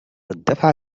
الدفع